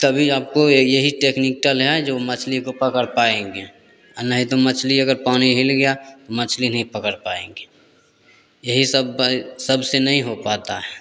तभी आपको ये यही टेक्निकल है जो मछली को पकड़ पाएंगे और नहीं तो मछली अगर पानी हिल गया मछली नहीं पकड़ पाएंगे यही सब सबसे नहीं हो पता है